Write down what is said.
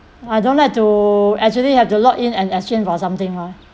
I don't like to actually have to log in and exchange for something [one]